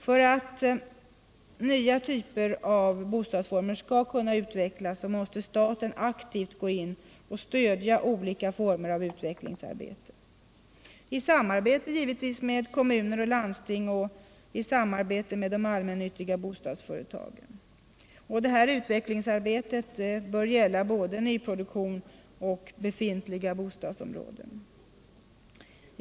För att olika typer av nya bostadsformer skall kunna utvecklas måste staten aktivt gå in och stödja olika former av utvecklingsarbete, givetvis i samarbete med kommuner, landsting och allmännyttiga bostadsföretag. Utvecklingsarbetet bör gälla både nyproduktionen och de befintliga bostadsområdena.